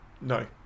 No